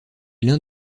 l’un